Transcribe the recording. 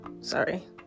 sorry